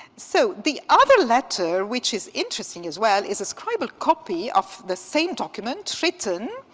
so the other letter, which is interesting as well, is a scribal copy of the same document written